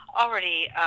already